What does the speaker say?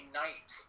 night